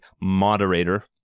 moderator